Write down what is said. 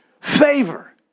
Favor